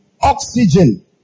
oxygen